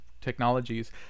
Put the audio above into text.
technologies